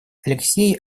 алексей